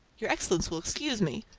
your excellency will excuse me,